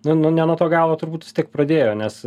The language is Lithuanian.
nu nu ne nuo to galo turbūt vis tiek pradėjo nes